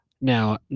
Now